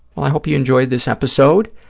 i hope you enjoyed this episode.